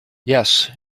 yes